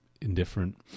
indifferent